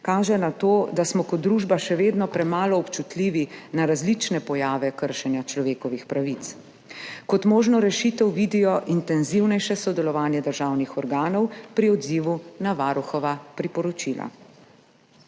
kaže na to, da smo kot družba še vedno premalo občutljivi na različne pojave kršenja človekovih pravic. Kot možno rešitev vidijo intenzivnejše sodelovanje državnih organov pri odzivu na Varuhova priporočila.